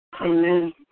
Amen